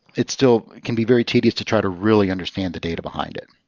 it still can be very tedious to try to really understand the data behind it.